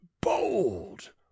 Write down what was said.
bold